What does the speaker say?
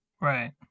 Right